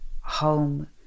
home